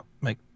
make